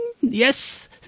Yes